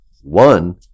One